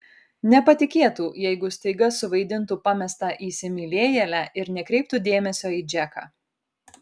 nepatikėtų jeigu staiga suvaidintų pamestą įsimylėjėlę ir nekreiptų dėmesio į džeką